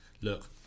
look